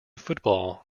football